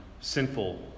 sinful